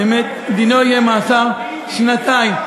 באמת דינו יהיה מאסר שנתיים.